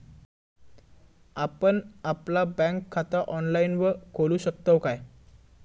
आपण आपला बँक खाता ऑनलाइनव खोलू शकतव काय?